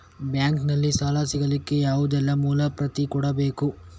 Bank ನಲ್ಲಿ ಸಾಲ ಸಿಗಲಿಕ್ಕೆ ಯಾವುದೆಲ್ಲ ಮೂಲ ಪ್ರತಿ ಕೊಡಬೇಕು?